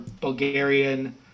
Bulgarian